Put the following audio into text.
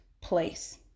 place